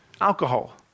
alcohol